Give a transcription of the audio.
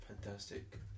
fantastic